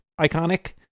iconic